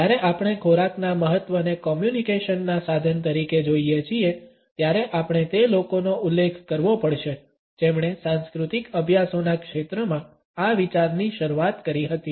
જ્યારે આપણે ખોરાકના મહત્વને કોમ્યુનિકેશનના સાધન તરીકે જોઈએ છીએ ત્યારે આપણે તે લોકોનો ઉલ્લેખ કરવો પડશે જેમણે સાંસ્કૃતિક અભ્યાસોના ક્ષેત્રમાં આ વિચારની શરૂઆત કરી હતી